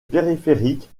périphérique